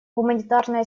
гуманитарная